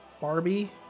Barbie